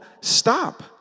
stop